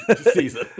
season